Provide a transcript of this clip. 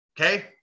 Okay